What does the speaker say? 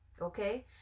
Okay